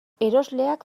erosleak